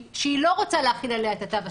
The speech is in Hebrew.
שהיא לא רוצה להחיל עליה את התו הסגול,